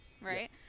Right